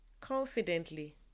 confidently